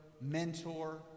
mentor